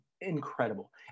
incredible